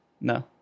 No